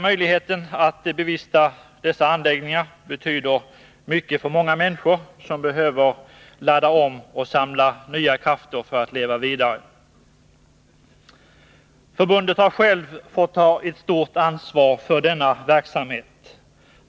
Möjligheten att bevista dessa anläggningar betyder mycket för många människor, som behöver ladda om och samla nya krafter Förbundet har självt fått ta ett stort ansvar för denna verksamhet.